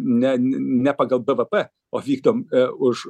ne ne pagal bvp o vykdom už